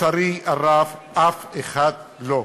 לצערי הרב, אף אחד לא.